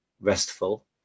restful